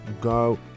go